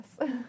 yes